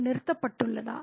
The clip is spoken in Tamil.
அது நிறுத்தப்பட்டுள்ளதா